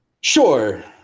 Sure